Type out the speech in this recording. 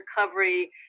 recovery